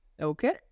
Okay